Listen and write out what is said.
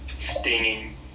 stinging